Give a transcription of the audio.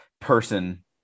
person